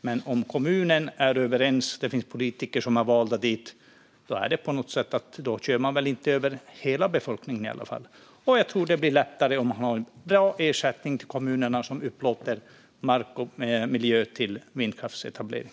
Men det finns ju politiker i kommunen som är valda, och om de är överens kör man väl i alla fall inte över hela befolkningen. Jag tror också att det blir lättare om man har en bra ersättning till de kommuner som upplåter mark och miljö till vindkraftsetablering.